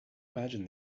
imagine